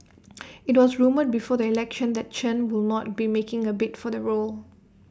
IT was rumoured before the election that Chen will not be making A bid for the role